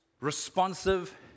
responsive